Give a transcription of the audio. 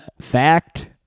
fact